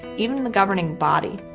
even the governing body.